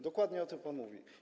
Dokładnie o tym pan mówił.